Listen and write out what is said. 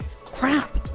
crap